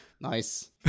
Nice